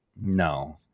no